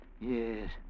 yes